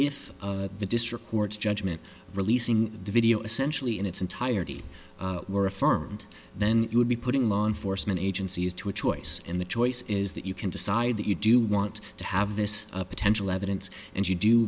if the district court's judgment releasing the video essentially in its entirety were affirmed then you would be putting law enforcement agencies to a choice and the choice is that you can decide that you do want to have this potential evidence and you do